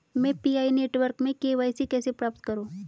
मैं PI network में KYC कैसे प्राप्त करूँ?